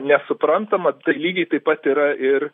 nesuprantama tai lygiai taip pat yra ir